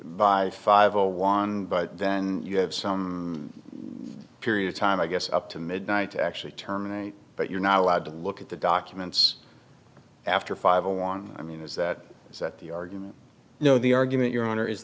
by five a one but then you have some period of time i guess up to midnight actually terminate but you're not allowed to look at the documents after five along i mean is that is that the argument you know the argument your honor is